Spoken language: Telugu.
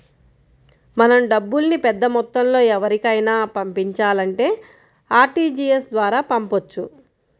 మనం డబ్బుల్ని పెద్దమొత్తంలో ఎవరికైనా పంపించాలంటే ఆర్టీజీయస్ ద్వారా పంపొచ్చు